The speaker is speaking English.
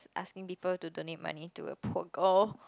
asking people to donate money to a poor girl